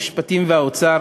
המשפטים והאוצר